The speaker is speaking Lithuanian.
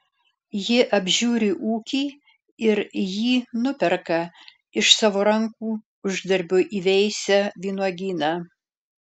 ji apžiūri ūkį ir jį nuperka iš savo rankų uždarbio įveisia vynuogyną